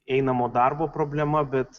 einamo darbo problema bet